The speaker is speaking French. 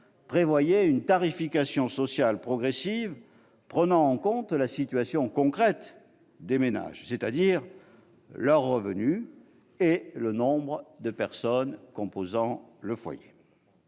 prévoyait une tarification sociale progressive prenant en compte la situation concrète des ménages, c'est-à-dire leurs revenus et le nombre de personnes composant le foyer.